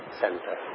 center